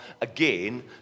again